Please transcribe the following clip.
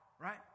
right